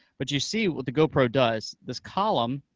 but you see what the gopro does. this column,